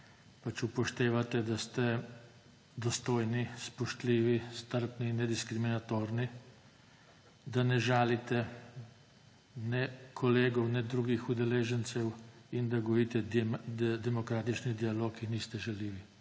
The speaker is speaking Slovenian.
upoštevate, da ste dostojni, spoštljivi, strpni in nediskriminatorni, da ne žalite ne kolegov ne drugih udeležencev in da gojite demokratični dialog in niste žaljivi.